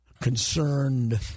concerned